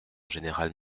général